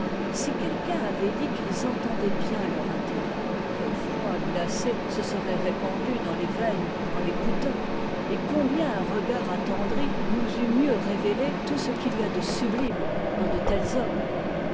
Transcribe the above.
si quelqu'un avait dit qu'ils entendaient bien leur intérêt quel froid glacé se serait répandu dans les veines en l'écoutant et combien un regard attendri nous eût mieux révélé tout ce qu'il y a de sublime dans de tels hommes